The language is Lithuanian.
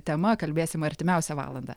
tema kalbėsim artimiausią valandą